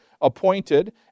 appointed